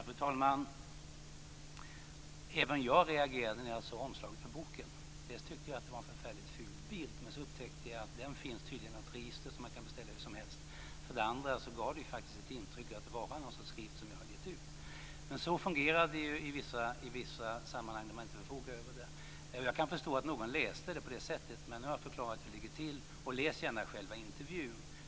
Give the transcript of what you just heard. Fru talman! Även jag reagerade när jag såg omslaget på boken. För det första tyckte jag att det var en förfärligt ful bild, men så upptäckte jag att den finns i ett register som vem som helst kan beställa från. För det andra gav det ett intryck att det var en skrift som jag hade gett ut. Men så fungerar det ju i vissa sammanhang när man inte förfogar över materialet. Jag kan förstå att någon läste det på det sättet, men nu har jag förklarat hur det ligger till. Och läs gärna själva intervjun!